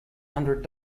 hundred